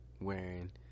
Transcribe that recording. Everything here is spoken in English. wearing